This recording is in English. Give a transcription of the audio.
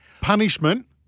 Punishment